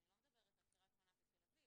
אני לא מדברת על קריית שמונה ותל אביב,